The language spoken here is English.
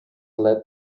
led